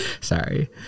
sorry